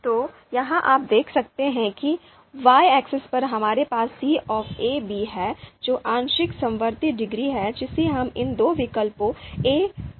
तो यहाँ आप देख सकते हैं कि Y axis पर हमारे पास c a b है जो आंशिक समवर्ती डिग्री है जिसे हम इन दो विकल्पों a b के लिए मापना चाहते हैं